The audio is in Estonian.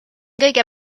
kõige